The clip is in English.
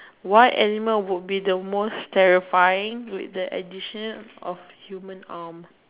what animal would be the most terrifying with the addition of human arm